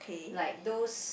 like those